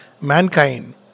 mankind